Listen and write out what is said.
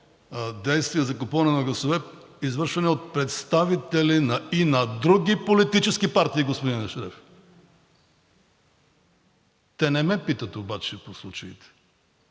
действия за купуване на гласове, извършвани от представители и на други политически партии, господин Ешереф. Те обаче не ме питат по случаите,